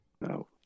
no